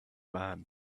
man